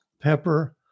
pepper